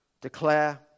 declare